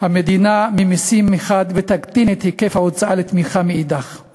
המדינה ממסים מחד גיסא ותקטין את היקף ההוצאה לתמיכה מאידך גיסא,